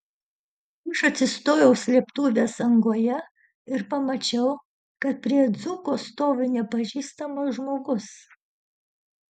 aš atsistojau slėptuvės angoje ir pamačiau kad prie dzūko stovi nepažįstamas žmogus